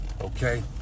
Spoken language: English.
okay